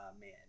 man